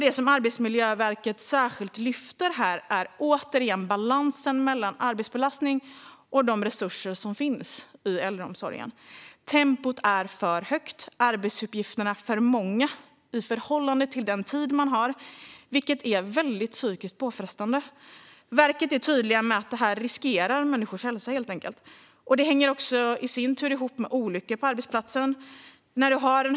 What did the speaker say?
Det som Arbetsmiljöverket särskilt lyfter fram är återigen balansen mellan arbetsbelastning och de resurser som finns inom äldreomsorgen. Tempot är för högt, och arbetsuppgifterna är för många i förhållande till den tid man har, vilket är mycket psykiskt påfrestande. Verket är tydligt med att det helt enkelt riskerar människors hälsa. Det hänger i sin tur ihop med olyckor på jobbet.